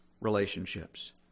relationships